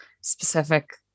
specific